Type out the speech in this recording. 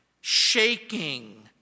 shaking